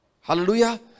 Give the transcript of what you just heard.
Hallelujah